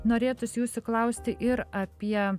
norėtųsi jūsų klausti ir apie